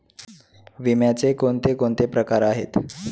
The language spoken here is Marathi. विम्याचे कोणकोणते प्रकार आहेत?